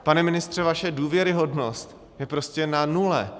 Pane ministře, vaše důvěryhodnost je prostě na nule.